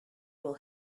will